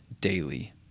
daily